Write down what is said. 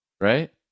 right